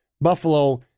Buffalo